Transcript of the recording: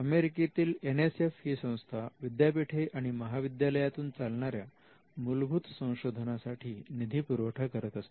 अमेरिकेतील N S F ही संस्था विद्यापीठे आणि महाविद्यालयातून चालणाऱ्या मूलभूत संशोधनासाठी निधी पुरवठा करत असते